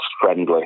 friendly